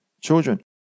children